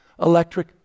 electric